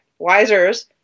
Wisers